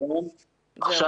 בבקשה.